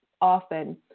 often